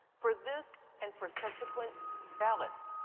for this and for subsequent ballots,